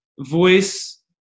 voice